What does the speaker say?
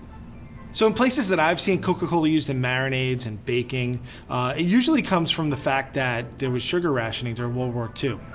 so in places that i've seen coca-cola used in marinades and baking it usually comes from the fact that there was sugar rationing during world war two.